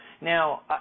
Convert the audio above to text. Now